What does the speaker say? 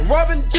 Robin